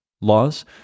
laws